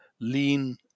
lean